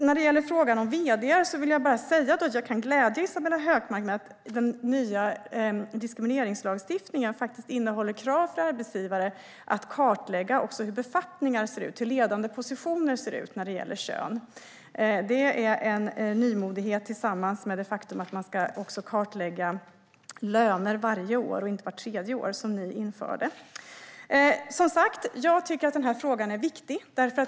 När det gäller frågan om vd:ar kan jag glädja Isabella Hökmark med att den nya diskrimineringslagstiftningen innehåller krav på arbetsgivare att kartlägga också hur befattningar ser ut och hur ledande positioner ser ut när det gäller kön. Det är en nymodighet tillsammans med det faktum att löner ska kartläggas varje år, inte vart tredje år, som ni införde. Jag tycker att frågan är viktig.